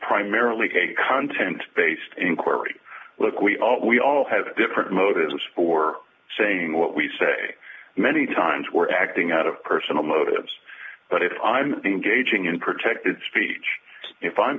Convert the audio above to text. primarily a content based inquiry look we all we all have different motives for saying what we say many times we're acting out of personal motives but if i'm engaging in protected speech if i'm